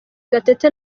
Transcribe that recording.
gatete